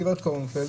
גב' קורנפלד,